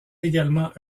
également